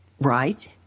right